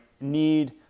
need